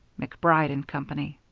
macbride and company.